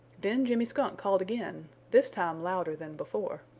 then jimmy skunk called again, this time louder than before.